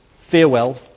farewell